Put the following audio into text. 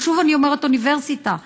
ושוב אני אומרת: אוניברסיטה.